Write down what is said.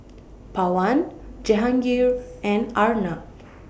Pawan Jehangirr and Arnab